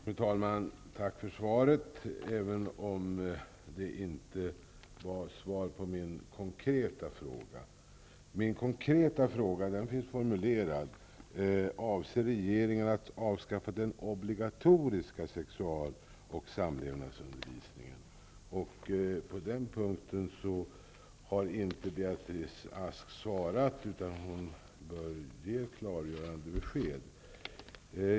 Fru talman! Tack för svaret. Men jag fick inte min konkreta fråga besvarad. På den punkten har Beatrice Ask inte gett något svar. Därför bör hon ge ett klargörande besked.